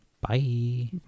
bye